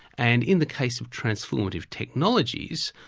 and in the case of transformative technologies,